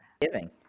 giving